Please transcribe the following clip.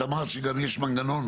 כל אחד חושב כמה יותר להכניס בניין,